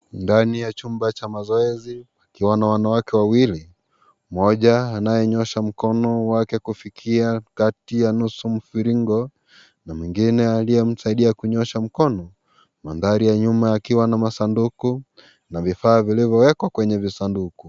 Ndani ya chumba cha mazoezi pakiwa na wanawake wawili, mmoja anayenyosha mkono wake kufikia kati ya nusu mviringo na mwengine aliyemsaidia kunyosha mkono. Mandahri ya nyuma yakiwa na masanduku na vifaa vilivyowekwa kwenye visanduku.